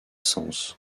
sens